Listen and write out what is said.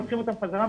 לוקחים אותם חזרה,